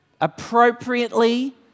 appropriately